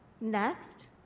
Next